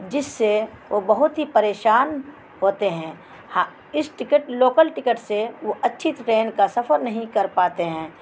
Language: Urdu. جس سے وہ بہت ہی پریشان ہوتے ہیں ہاں اس ٹکٹ لوکل ٹکٹ سے وہ اچھی ٹرین کا سفر نہیں کر پاتے ہیں